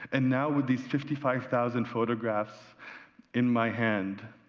and now with these fifty five thousand photographs in my hand,